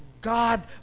God